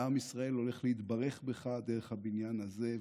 ועם ישראל הולך להתברך בך דרך הבניין הזה,